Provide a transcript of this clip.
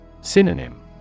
Synonym